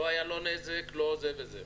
לא היה לא נזק, לא זה וזה,